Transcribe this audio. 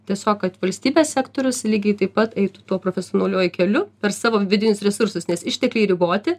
tiesiog kad valstybės sektorius lygiai taip pat eitų tuo profesionaliuoju keliu per savo vidinius resursus nes ištekliai riboti